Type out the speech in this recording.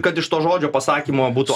kad iš to žodžio pasakymo būtų